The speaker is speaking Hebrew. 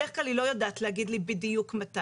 בדרך כלל היא לא יודעת להגיד לי בדיוק מתי.